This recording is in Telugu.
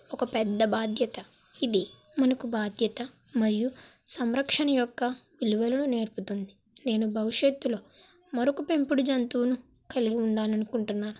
ఒక పెద్ద బాధ్యత ఇది మనకు బాధ్యత మరియు సంరక్షణ యొక్క విలువలను నేర్పుతుంది నేను భవిష్యత్తులో మరొక్క పెంపుడు జంతువుని కలిగి ఉండాలనుకుంటున్నా